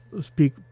speak